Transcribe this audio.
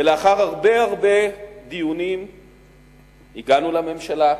ולאחר הרבה הרבה דיונים הגענו לממשלה.